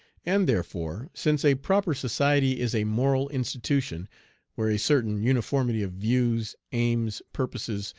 and therefore, since a proper society is a moral institution where a certain uniformity of views, aims, purposes,